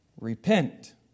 Repent